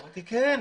אמרתי שכן.